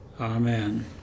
amen